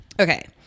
okay